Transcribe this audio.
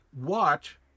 watch